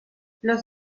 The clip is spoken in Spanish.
los